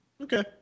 okay